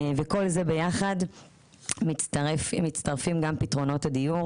לכל זה ביחד מצטרפים גם פתרונות הדיור